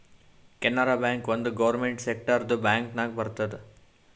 ಕೆನರಾ ಬ್ಯಾಂಕ್ ಒಂದ್ ಗೌರ್ಮೆಂಟ್ ಸೆಕ್ಟರ್ದು ಬ್ಯಾಂಕ್ ನಾಗ್ ಬರ್ತುದ್